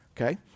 Okay